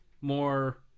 more